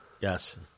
Yes